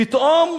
פתאום,